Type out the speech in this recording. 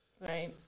Right